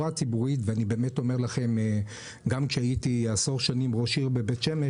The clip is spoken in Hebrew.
גם כשהייתי עשור שנים ראש עיר בבית שמש,